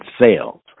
sales